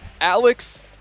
Alex